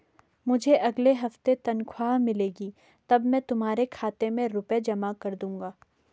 मुझे अगले हफ्ते तनख्वाह मिलेगी तब मैं तुम्हारे खाते में रुपए जमा कर दूंगा